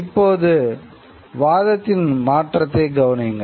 இப்போது வாதத்தின் மாற்றத்தைப் கவனியுங்கள்